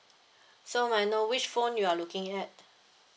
so may I know which phone you're looking at